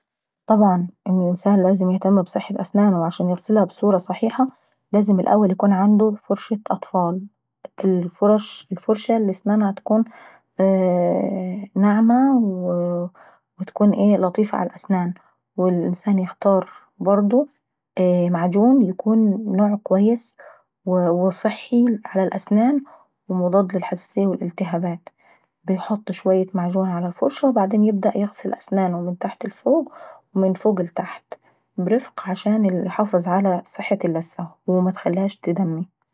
طبعا! الانسان لازم يهتم بسنانه عشان يغسلها بصورة صحيحة لاززم الأول يكون عنده فرش أطفال هي الفرشة اللي تكون ايه ناعمة وتكون ايه لطيفة ع الاسنان، والانسان يختار برضه معجون يكون نوع كويس وصحي ع الاسنان ومضاد للحساسية والانتهابات، بيحط شوية معجون ع الفرشة وبعدين يبدا يغسل سنانه من تحت لفوق ومن فوق لتحت برفق عشان يحافظ على صحة اللثة وميخليهاش اتدمي.